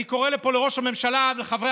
אני קורא מפה לראש הממשלה ולחברי